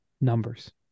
numbers